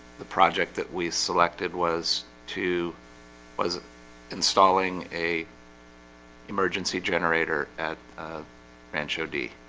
the project that we selected was to was installing a emergency generator at rancho d.